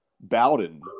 Bowden